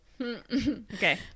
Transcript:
okay